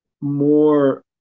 more